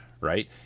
right